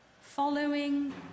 Following